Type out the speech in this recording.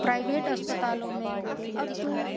private अस्पतालों में अब तो